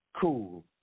Cool